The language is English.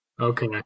Okay